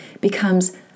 becomes